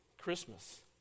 Christmas